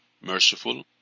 merciful